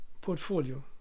portfolio